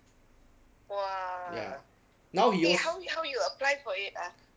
ya now you al~